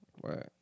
Right